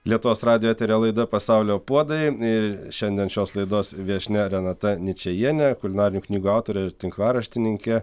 lietuvos radijo eteryje laida pasaulio puodai ir šiandien šios laidos viešnia renata ničajienė kulinarinių knygų autorė ir tinklaraštininkė